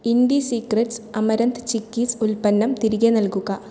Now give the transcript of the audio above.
Indie secrets amaranth chikkis ഉൽപ്പന്നം തിരികെ നൽകുക